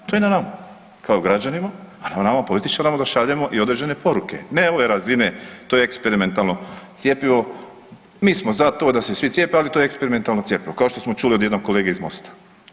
To je na nama kao građanima, a na nama političarima da šaljemo i određene poruke, ne ove razine to je eksperimentalno cjepivo, mi smo za to da se svi cijepe, ali to je eksperimentalno cjepivo kao što smo čuli od jednog kolege iz MOST-a.